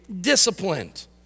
disciplined